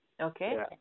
Okay